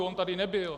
On tady nebyl.